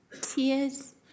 Tears